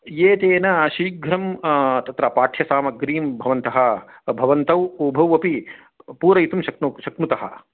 ये तेन शीघ्रं तत्र पाठ्यसामग्रीं भवन्त भवन्तौ उभौ अपि पूरयितुं शक्नु शक्नुत